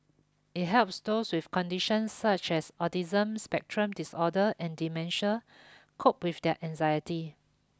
it helps those with conditions such as autism spectrum disorder and dementia cope with their anxiety